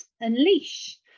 unleash